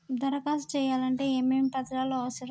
దరఖాస్తు చేయాలంటే ఏమేమి పత్రాలు అవసరం?